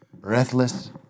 Breathless